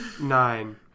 nine